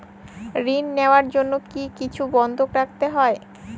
ঋণ নেওয়ার জন্য কি কিছু বন্ধক রাখতে হবে?